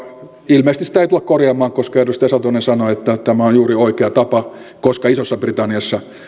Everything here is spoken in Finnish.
ilmeisesti sitä ei tulla korjaamaan koska edustaja satonen sanoi että tämä on juuri oikea tapa koska isossa britanniassa